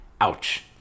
Ouch